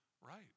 right